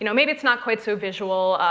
you know maybe it's not quite so visual.